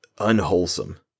unwholesome